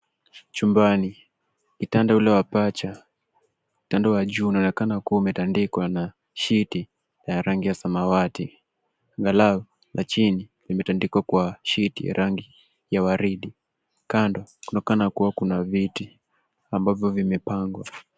Chumbani, kitanda ule wa pacha , kitanda wa juu unaonekana umetandikwa na shiti la rangi ya samawati, ,angalau la chini limetandandikwa kwa shiti ya rangi ya waridi. Kando kunaonekana kuwa kuna viti ambavyo vimepangwa.